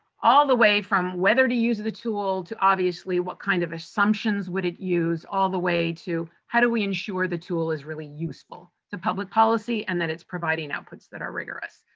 all the way from whether to use the tool to, obviously, what kind of assumptions would it use, all the way to how do we ensure the tool is really useful to public policy and that it's providing outputs that are rigorous.